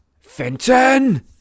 Fenton